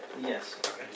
Yes